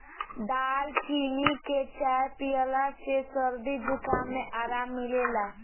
दालचीनी के चाय पियला से सरदी जुखाम में आराम मिलेला